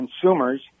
consumers